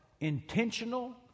intentional